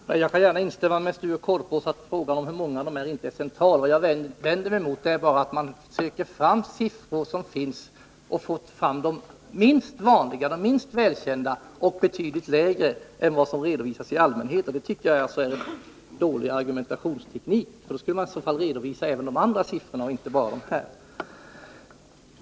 Herr talman! Jag kan gärna instämma med Sture Korpås att kurdernas antal inte är någon central fråga. Vad jag vänder mig emot är att man söker fram siffror som är minst vanliga och minst välkända och som pekar på ett betydligt lägre antal än vad som i allmänhet redovisas. Det tycker jag är en dålig argumentationsteknik. I så fall borde man även redovisa de andra siffrorna och inte bara de här.